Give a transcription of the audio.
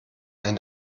ein